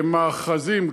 מאחזים,